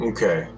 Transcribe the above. Okay